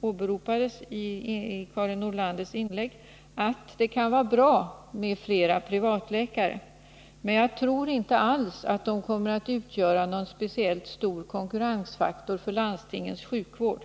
åberopades i Karin Nordlanders inlägg, att det kan vara bra med flera privatläkare, men jag tror inte alls att de kommer att utgöra någon speciellt stor konkurrensfaktor för landstingens sjukvård.